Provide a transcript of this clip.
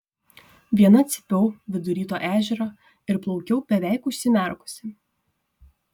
viena cypiau vidury to ežero ir plaukiau beveik užsimerkusi